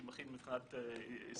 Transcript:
הוועדה יכולה לעשות את זה,